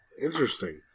Interesting